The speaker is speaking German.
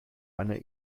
einer